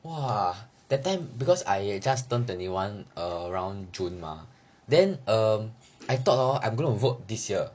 !wah! that time because I just turned twenty one around june mah then hmm I thought orh I'm gonna vote this year